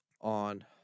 on